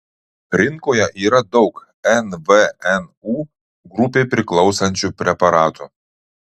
rinkoje yra daug nvnu grupei priklausančių preparatų